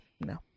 no